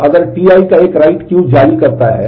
तो अगर Ti एक write जारी करता है